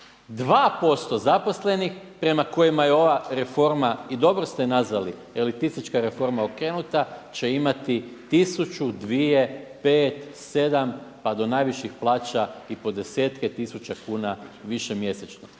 2% zaposlenih prema kojima je ova reforma i dobro ste je nazvali elitistička reforma okrenuta će imati 1000, 2, 5, 7 pa da najviših plaća i po desetke tisuća kuna više mjesečno.